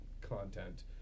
content